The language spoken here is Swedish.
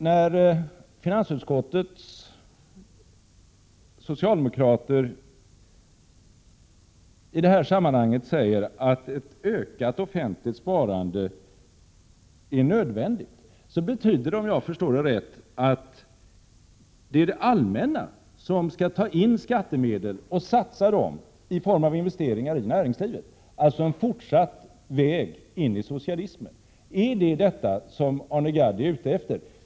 När finansutskottets socialdemokrater i detta sammanhang säger att ett ökat offentligt sparande är nödvändigt, då betyder det — om jag förstår saken rätt — att det är det allmänna som skall dra in skattemedel och satsa dem i form av investeringar i näringslivet — alltså en fortsatt vandring in i socialismen. Är det detta som Arne Gadd är ute efter?